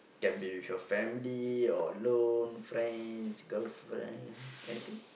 can be with your family you're alone friends girlfriend anything